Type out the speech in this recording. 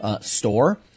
store